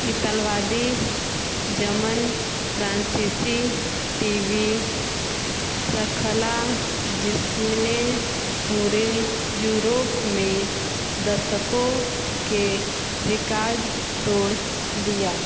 इतालवी जमन फ्रांसीसी टी वी स्रख्ला जिसने पूरे यूरोप में दशकों के रिकार्ड तोड़ दिया